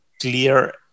clear